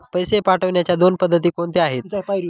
पैसे पाठवण्याच्या दोन पद्धती कोणत्या आहेत?